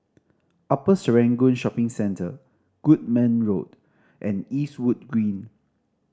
Upper Serangoon Shopping Centre Goodman Road and Eastwood Green